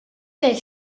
day